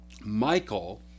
Michael